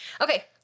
Okay